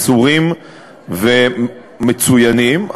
מסורים ומצוינים,